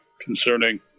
concerning